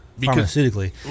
pharmaceutically